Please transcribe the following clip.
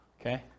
Okay